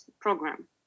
program